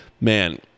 man